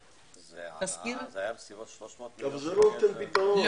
אבל זה לא פותר את הבעיה.